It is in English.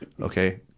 Okay